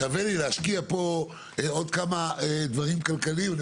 שווה לי להשקיע פה עוד כמה דברים כלכליים אני